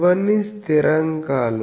ఇవన్నీ స్థిరాంకాలు